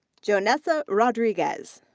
jonesa rodriguez.